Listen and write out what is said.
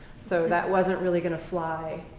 so that wasn't really going to fly.